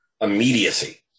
immediacy